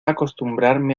acostumbrarme